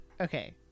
Okay